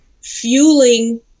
fueling